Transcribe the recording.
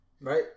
right